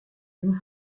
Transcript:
vous